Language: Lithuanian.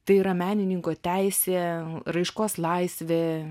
tai yra menininko teisė raiškos laisvė